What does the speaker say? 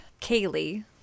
Kaylee